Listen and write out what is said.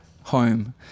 home